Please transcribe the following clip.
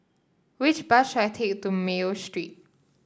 which bus should I take to Mayo Street